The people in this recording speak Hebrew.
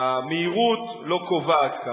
המהירות לא קובעת כאן.